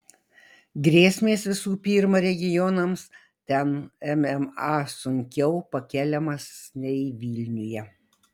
grėsmės visų pirma regionams ten mma sunkiau pakeliamas nei vilniuje